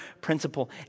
principle